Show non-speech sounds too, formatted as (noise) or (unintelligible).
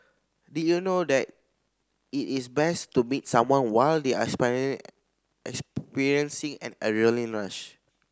did you know that it is best to meet someone while they are (unintelligible) experiencing an adrenaline rush